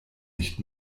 nicht